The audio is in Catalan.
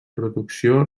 producció